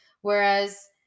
Whereas